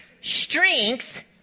strength